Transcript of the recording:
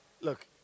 look